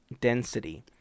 density